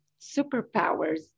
superpowers